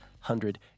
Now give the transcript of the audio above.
hundred